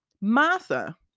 Martha